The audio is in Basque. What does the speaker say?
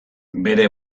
bere